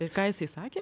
ir ką jisai sakė